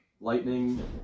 Lightning